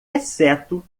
exceto